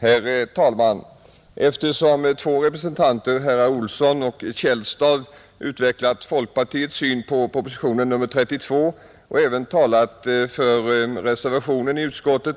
Herr talman! Eftersom två representanter för folkpartiet, herrar Olsson i Kil och Källstad, utvecklat vår syn på proposition nr 32 och även talat för reservationen i utskottet